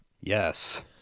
Yes